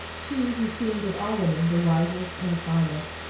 she, who seemed of all women the wisest and the finest,